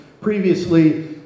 previously